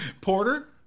Porter